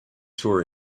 tour